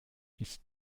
ist